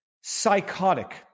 Psychotic